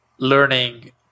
learning